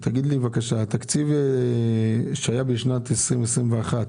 התקציב שהיה בשנת 2021,